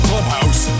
Clubhouse